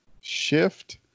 shift